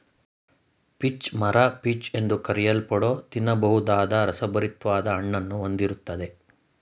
peach ಮರ peach ಎಂದು ಕರೆಯಲ್ಪಡೋ ತಿನ್ನಬಹುದಾದ ರಸಭರಿತ್ವಾದ ಹಣ್ಣನ್ನು ಹೊಂದಿರ್ತದೆ